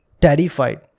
terrified